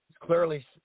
clearly